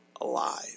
alive